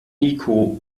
niko